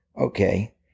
okay